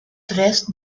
tres